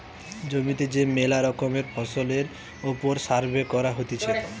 জমিতে যে মেলা রকমের ফসলের ওপর সার্ভে করা হতিছে